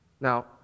Now